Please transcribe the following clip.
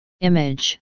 Image